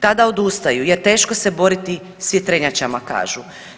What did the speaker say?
Tada odustaju jer teško se boriti s vjetrenjačama kažu.